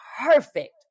perfect